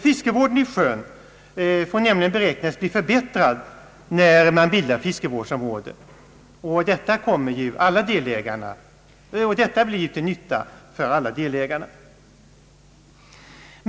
Fiskevården i sjön beräknas nämligen bli förbättrad genom bildandet av fiskevårdsområden, och detta är till nytta för alla delägare.